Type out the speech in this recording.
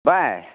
ꯚꯥꯏ